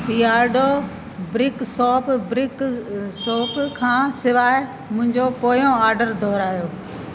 बीयरडो brick soap brick soap खां सवाइ मुंहिंजो पोयों ऑडर दुहिरायो